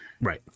Right